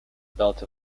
belt